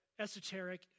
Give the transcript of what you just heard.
esoteric